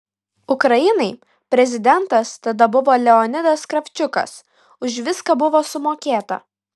ukrainai prezidentas tada buvo leonidas kravčiukas už viską buvo sumokėta